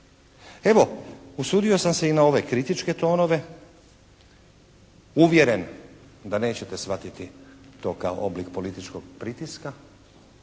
Evo, usudio sam se i na ove kritičke tonove uvjeren da nećete shvatiti to kao oblik političkog pritiska